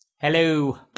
Hello